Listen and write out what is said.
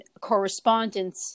correspondence